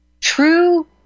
True